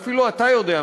שאפילו אתה יודע,